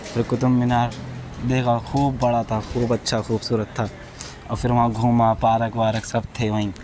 پھر قطب مینار دیکھا خوب بڑا تھا خوب اچھا خوبصورت تھا اور پھر وہاں گھوما پارک وارک سب تھے وہیں